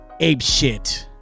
apeshit